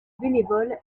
bénévole